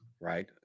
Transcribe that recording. Right